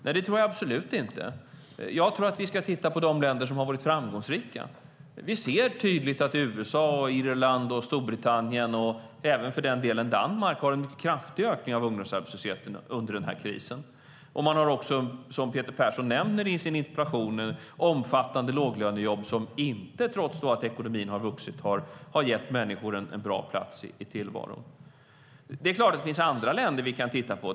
Nej, det tycker jag absolut inte. Jag tycker att vi ska titta på de länder som varit framgångsrika. Vi ser tydligt att USA, Irland, Storbritannien och för den delen även Danmark haft en mycket kraftig ökning av ungdomsarbetslösheten under den här krisen. De har, som Peter Persson nämner i sin interpellation, omfattande låglönejobb som trots att ekonomin vuxit inte gett människor en bra plats i tillvaron. Det är klart att det finns andra länder vi kan titta på.